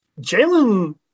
Jalen